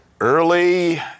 Early